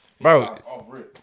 Bro